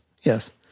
yes